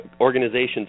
organizations